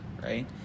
right